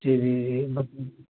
جی جی جی